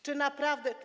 Czy naprawdę.